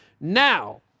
Now